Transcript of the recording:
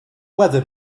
weather